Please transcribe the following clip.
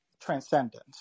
transcendent